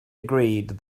agreed